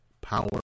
power